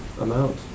amount